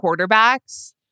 quarterbacks